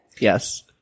Yes